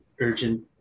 urgent